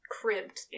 cribbed